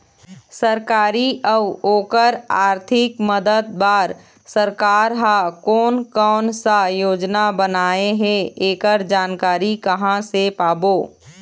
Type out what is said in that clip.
सरकारी अउ ओकर आरथिक मदद बार सरकार हा कोन कौन सा योजना बनाए हे ऐकर जानकारी कहां से पाबो?